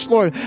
Lord